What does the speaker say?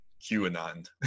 QAnon